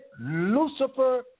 Lucifer